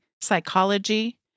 psychology